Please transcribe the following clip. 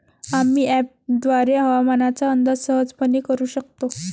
आम्ही अँपपद्वारे हवामानाचा अंदाज सहजपणे करू शकतो